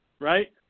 right